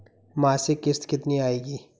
मासिक किश्त कितनी आएगी?